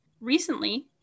Recently